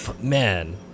Man